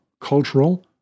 cultural